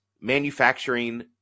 manufacturing